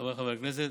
חבריי חברי הכנסת,